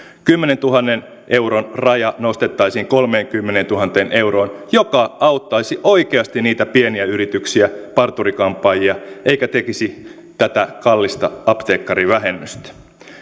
kymmenentuhannen euron raja nostettaisiin kolmeenkymmeneentuhanteen euroon mikä auttaisi oikeasti niitä pieniä yrityksiä parturikampaajia eikä tehtäisi tätä kallista apteekkarivähennystä